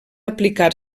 aplicar